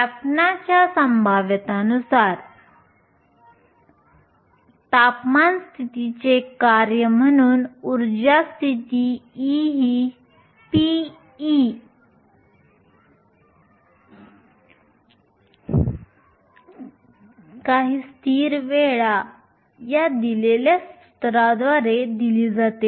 व्यापनाच्या संभाव्यतानुसार तापमान स्थितीचे कार्य म्हणून ऊर्जा स्थिती E ही p काही स्थिर वेळा exp EkBT या सुत्राद्वारे दिली जाते